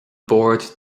bord